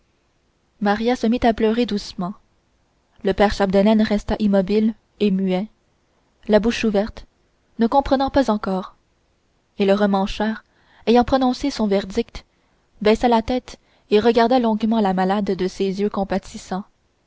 maria se mit à pleurer doucement le père chapdelaine resta immobile et muet la bouche ouverte ne comprenant pas encore et le remmancheur ayant prononcé son verdict baissa la tête et regarda longuement la malade de ses yeux compatissants